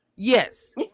Yes